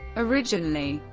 originally,